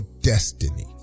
destiny